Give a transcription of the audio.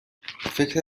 فکر